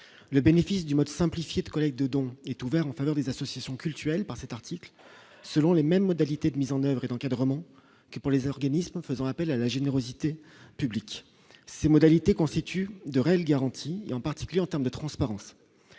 le bénéfice du mode simplifié de collecte de dons est ouvert en faveur des associations cultuelles par cet article, selon les mêmes modalités de mise en oeuvre et d'encadrement pour les organismes faisant appel à la générosité publique ces modalités constituent de réelles garanties et en particulier en termes de transparence,